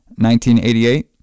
1988